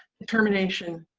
determination,